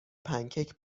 پنکیک